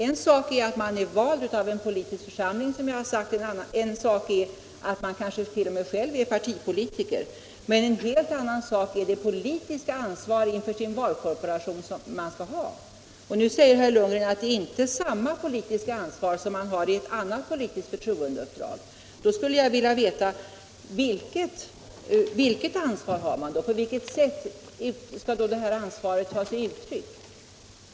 En sak är att man är vald av en politisk församling, som jag har sagt, och en sak är att man kanske t.o.m. själv är partipolitiker. Men en helt annan sak är det politiska ansvar inför sin valkorporation som man skall ha. Nu säger herr Lundgren att det inte är samma politiska ansvar som man har i ett annat politiskt förtroendeuppdrag. Då skulle jag vilja veta vilket ansvar man har och på vilket sätt det skall ta sig uttryck.